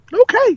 Okay